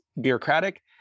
bureaucratic